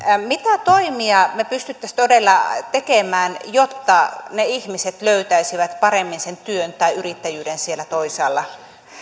mitä toimia me pystyisimme todella tekemään jotta ne ihmiset löytäisivät paremmin sen työn tai yrittäjyyden siellä toisaalla